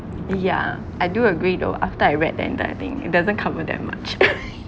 yeah I do agree though after I read the entire thing it doesn't cover that much